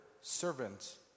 servant